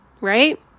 Right